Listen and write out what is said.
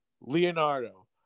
Leonardo